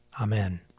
Amen